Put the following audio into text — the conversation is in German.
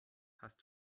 hast